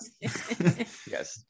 Yes